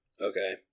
Okay